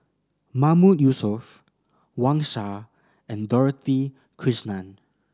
Mahmood Yusof Wang Sha and Dorothy Krishnan